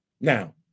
now